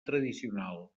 tradicional